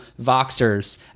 voxers